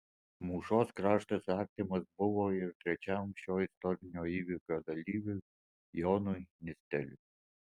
mūšos kraštas artimas buvo ir trečiam šio istorinio įvykio dalyviui jonui nisteliui